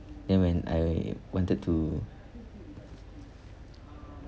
then when I wanted to